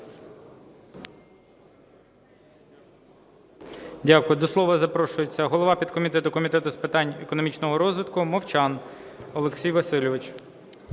Дякую. До слова запрошується голова підкомітету Комітету з питань економічного розвитку Мовчан Олексій Васильович.